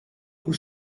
kui